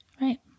Right